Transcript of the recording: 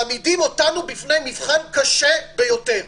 מעמידים אותנו בפני מבחן קשה ביותר.